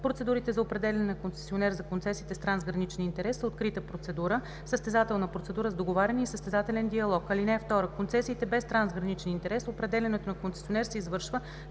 Процедурите за определяне на концесионер за концесиите с трансграничен интерес са открита процедура, състезателна процедура с договаряне и състезателен диалог. (2) За концесиите без трансграничен интерес определянето на концесионер се извършва